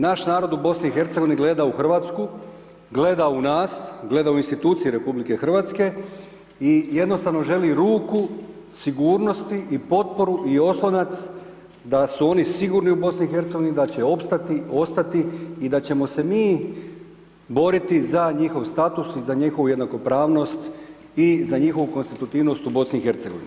Naš narod u BIH gleda u Hrvatsku, gleda u nas, gleda u institucije RH i jednostavno želi ruku sigurnosti i potporu i oslonac, da su oni sigurni u BIH, da će opstati, ostati i da ćemo se mi boriti za njihov status, za njihovu jednakopravnost i za njihovu konstitutivnost u BIH.